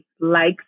likes